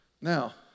Now